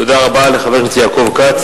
תודה רבה לחבר הכנסת יעקב כץ.